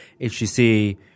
HTC